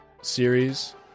series